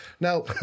Now